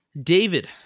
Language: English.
david